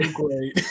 great